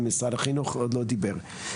משרד החינוך עוד לא דיבר.